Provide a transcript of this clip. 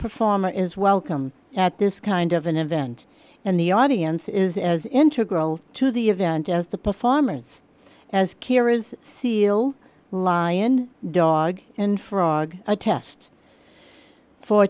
performer is welcome at this kind of an event and the audience is as integral to the event as the performers as kira's seal lion dog and frog attest for